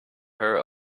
her